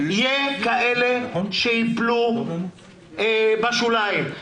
יהיו כאלה שייפלו בשוליים.